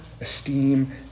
esteem